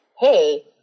hey